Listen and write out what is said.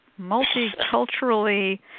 multiculturally